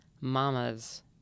Mamas